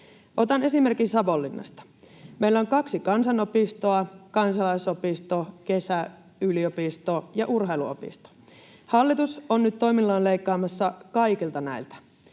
Otan esimerkin Savonlinnasta. Meillä on kaksi kansanopistoa, kansalaisopisto, kesäyliopisto ja urheiluopisto. Hallitus on nyt toimillaan leikkaamassa näiltä